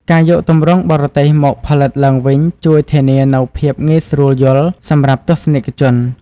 ការយកទម្រង់បរទេសមកផលិតឡើងវិញជួយធានានូវ ភាពងាយស្រួលយល់ សម្រាប់ទស្សនិកជន។